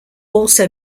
also